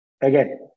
again